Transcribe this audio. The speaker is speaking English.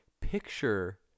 Picture